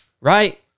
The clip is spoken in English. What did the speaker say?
right